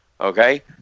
okay